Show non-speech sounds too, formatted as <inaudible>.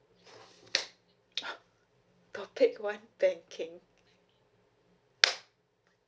<breath> topic one banking <noise>